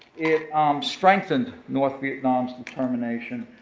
it strengthened north vietnam's determination.